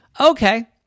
Okay